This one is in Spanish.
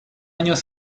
años